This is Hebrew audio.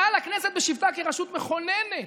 מעל הכנסת בשיבתה כרשות מכוננת.